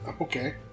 Okay